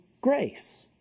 grace